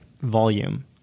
volume